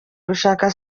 gushakisha